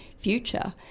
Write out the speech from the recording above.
future